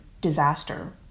disaster